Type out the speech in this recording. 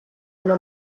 una